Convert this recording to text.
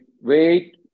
wait